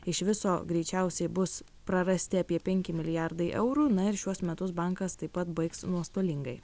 iš viso greičiausiai bus prarasti apie penki milijardai eurų na ir šiuos metus bankas taip pat baigs nuostolingai